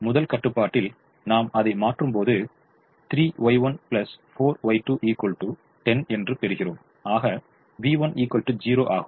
முதல் கட்டுப்பாட்டில் நாம் அதை மாற்றும்போது 3Y14Y2 10 என்று பெறுகிறோம் ஆக v10 ஆகும்